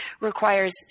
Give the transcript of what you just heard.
requires